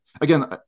again